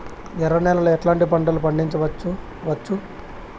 ఎర్ర నేలలో ఎట్లాంటి పంట లు పండించవచ్చు వచ్చు?